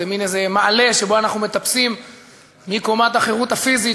זה מין איזה מעלה שבו אנחנו מטפסים מקומת החירות הפיזית,